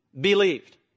believed